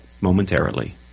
momentarily